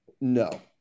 No